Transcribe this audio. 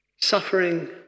suffering